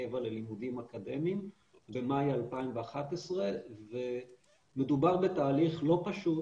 הקבע ללימודים אקדמיים במאי 2011 ומדובר בתהליך לא פשוט,